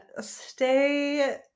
Stay